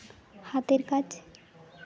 ᱦᱟᱛᱮᱨ ᱠᱟᱡᱽ